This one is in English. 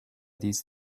these